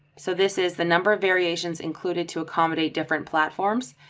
so this is the number of variations included to accommodate different platforms.